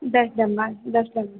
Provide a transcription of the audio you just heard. दस बनवा दस लग